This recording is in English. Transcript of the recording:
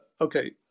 Okay